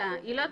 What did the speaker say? היא לא תדע,